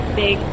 big